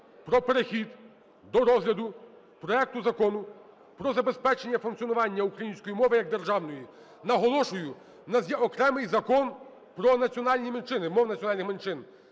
про перехід до розгляду проекту Закону про забезпечення функціонування української мови як державної. Наголошую: в нас є окремий Закон "Про національні меншини", мови національних меншин.